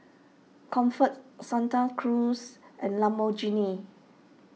Comfort Santa Cruz and Lamborghini